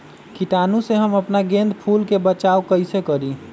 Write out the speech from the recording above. कीटाणु से हम अपना गेंदा फूल के बचाओ कई से करी?